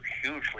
hugely